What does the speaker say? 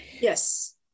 Yes